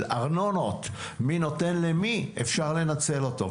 ארנונות מי נותן למי אפשר לנצל אותו.